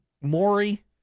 Maury